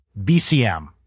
BCM